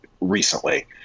recently